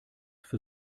für